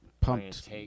Pumped